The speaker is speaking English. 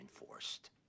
enforced